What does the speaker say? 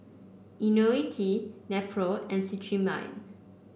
IoniL T Nepro and Cetrimide